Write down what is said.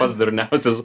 pats durniausias